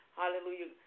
hallelujah